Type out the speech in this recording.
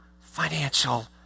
financial